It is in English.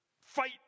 fight